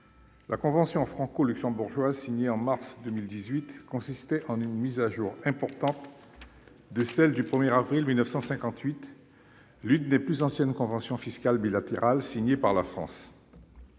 La convention franco-luxembourgeoise, signée en mars 2018, consistait en une mise à jour importante de la convention du 1 avril 1958, l'une des plus anciennes conventions fiscales bilatérales signées par la France.